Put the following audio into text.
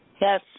Yes